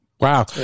Wow